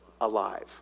alive